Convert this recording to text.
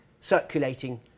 circulating